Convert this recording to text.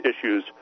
issues